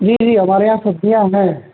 जी जी हमारे यहाँ सब्ज़ियाँ हैं